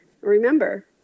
Remember